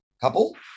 couple